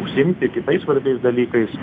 užsiimti kitais svarbiais dalykais